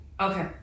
Okay